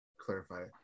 clarify